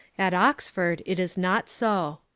at oxford it is not so.